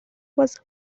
was